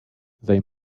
they